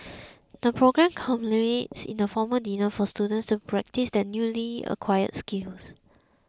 the programme culminates in a formal dinner for students to practise their newly acquired skills